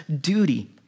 duty